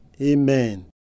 Amen